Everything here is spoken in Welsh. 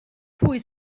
pwy